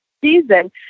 season